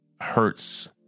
hurts